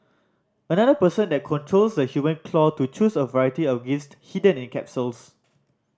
another person then controls the human claw to choose a variety of gist hidden in capsules